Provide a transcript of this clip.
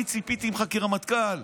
הוא נכנס לתוך המשפט של עצמו,